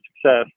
success